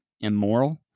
immoral